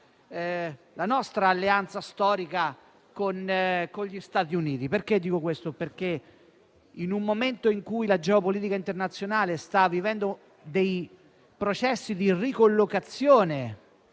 la nostra alleanza storica con gli Stati Uniti. Perché dico questo? Nel momento in cui la geopolitica internazionale sta vivendo dei processi di ricollocazione